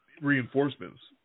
reinforcements